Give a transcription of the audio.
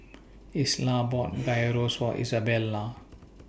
Isla bought Gyros For Izabella